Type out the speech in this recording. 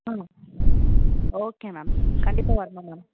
ம் okay ma'am கண்டிப்பாக வரணும் மேம்